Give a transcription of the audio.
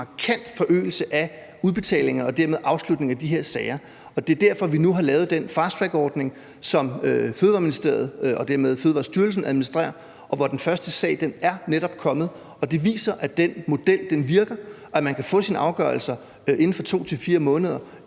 markant forøgelse af udbetalinger og dermed afslutning af de her sager. Det er derfor, vi nu har lavet den fasttrackordning, som Ministeriet for Fødevarer, Landbrug og Fiskeri og dermed Fødevarestyrelsen administrerer, og afgørelsen på den første sag er netop kommet. Det viser, at den model virker, og at man kan få sin afgørelse inden for 2-4 måneder,